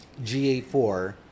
GA4